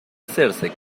hacerse